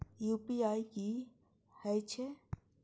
UPI की हेछे?